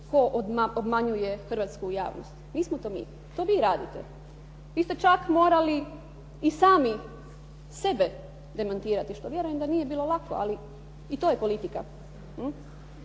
tko obmanjuje hrvatsku javnost. Nismo to mi, to vi radite. Vi ste čak morali i sami sebe demantirati što vjerujem da nije bilo lako, ali i to je politika.